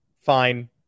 Fine